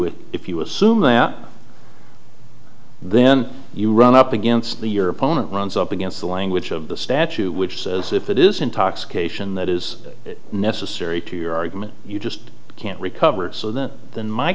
it if you assume that then you run up against the your opponent runs up against the language of the statue which says if it is intoxication that is necessary to your argument you just can't recover it so that then my